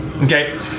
Okay